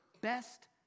best